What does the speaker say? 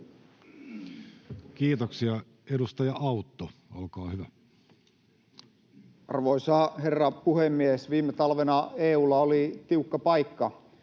Kiitoksia. — Edustaja Autto, olkaa hyvä. Arvoisa herra puhemies! Viime talvena EU:lla oli tiukka paikka.